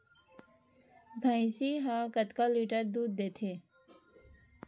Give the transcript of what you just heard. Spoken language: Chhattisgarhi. भंइसी हा कतका लीटर दूध देथे?